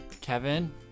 Kevin